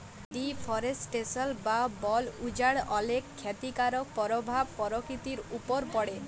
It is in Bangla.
ডিফরেসটেসল বা বল উজাড় অলেক খ্যতিকারক পরভাব পরকিতির উপর পড়ে